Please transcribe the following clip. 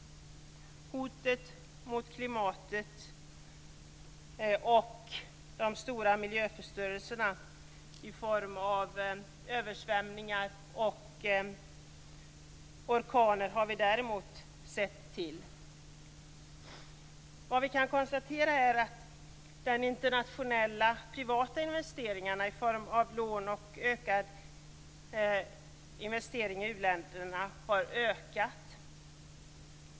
Hotet mot klimatet liksom stor miljöförstörelse i form av översvämningar och orkaner har vi däremot sett till. Vad vi kan konstatera är att internationella privata investeringar i form av lån och ökade investeringar i u-länderna har ökat.